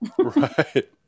Right